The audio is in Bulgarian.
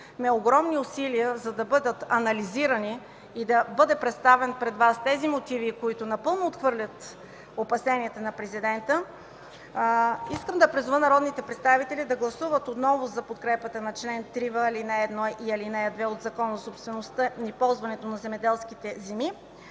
огромни усилия да бъдат анализирани и да бъдат представени пред Вас тези мотиви, които напълно отхвърлят опасенията на Президента, искам да призова народните представители да гласуват отново за подкрепата на чл. 3в, ал. 1 и 2 от Закона за собствеността и ползването на земеделските земи,